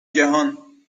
جهان